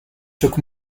took